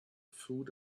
food